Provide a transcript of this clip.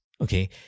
okay